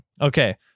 okay